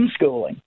homeschooling